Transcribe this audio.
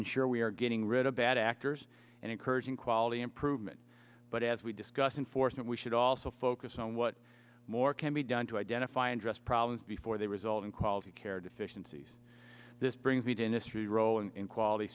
ensure we are getting rid of bad actors and encouraging quality improve but as we discussed enforcement we should also focus on what more can be done to identify address problems before they result in quality care deficiencies this brings the dentistry role and quality